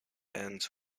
ends